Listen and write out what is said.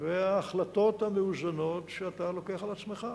וההחלטות המאוזנות שאתה לוקח על עצמך.